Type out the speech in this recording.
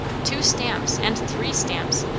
two stamps, and three stamps.